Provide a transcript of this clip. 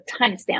timestamp